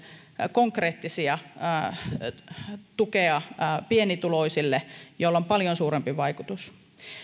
konkreettisia tukia pienituloisille joilla on paljon suurempi vaikutus